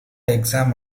exam